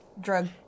drug